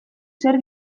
zer